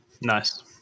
Nice